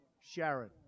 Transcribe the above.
Sharon